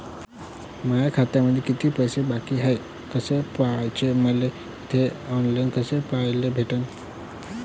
माया खात्यामंधी किती पैसा बाकी हाय कस पाह्याच, मले थे ऑनलाईन कस पाह्याले भेटन?